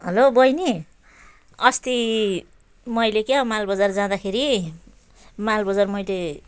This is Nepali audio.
हेलो बहिनी अस्ति मैले क्या माल बजार जाँदाखेरि माल बजार मैले